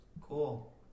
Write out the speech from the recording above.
Cool